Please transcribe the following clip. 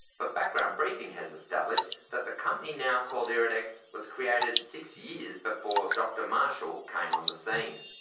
but background briefing has established that the company now called iridex was created six years before dr marshall came on the scene.